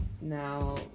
now